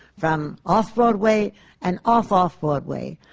from off-broadway and off-off-broadway,